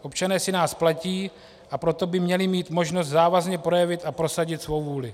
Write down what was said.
Občané si nás platí, a proto by měli mít možnost závazně projevit a prosadit svou vůli.